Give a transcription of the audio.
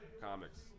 comics